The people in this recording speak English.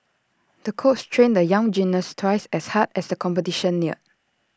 the coach trained the young gymnast twice as hard as the competition neared